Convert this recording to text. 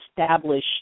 establish